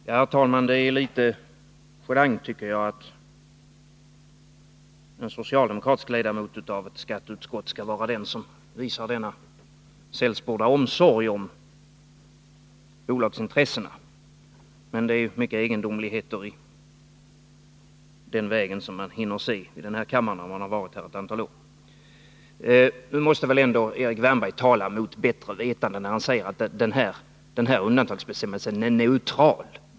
Herr talman! Det är litet genant, tycker jag, att en socialdemokratisk ledamot av skatteutskottet skall vara den som visar denna sällsporda omsorg om bolagsintressena. Men det är mycket egendomligheter i den vägen som man hinner uppleva i den här kammaren, när man har varit här ett antal år. Nu måste väl ändå Erik Wärnberg tala mot bättre vetande när han säger att den här undantagsbestämmelsen är neutral.